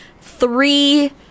three